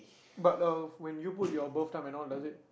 but uh when you put your birth time and all does it